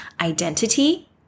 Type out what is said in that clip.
Identity